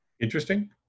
interesting